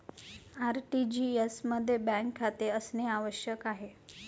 RTGS मध्ये bank खाते असणे आवश्यक आहे